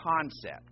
concept